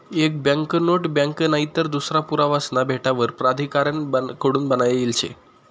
एक banknote bank नईतर दूसरा पुरावासना भेटावर प्राधिकारण कडून बनायेल शे